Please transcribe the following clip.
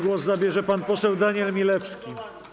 Głos zabierze pan poseł Daniel Milewski.